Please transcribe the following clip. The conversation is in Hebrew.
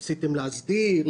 ניסיתם להסדיר,